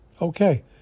Okay